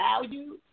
value